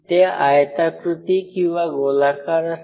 ते आयताकृती किंवा गोलाकार असते